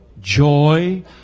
joy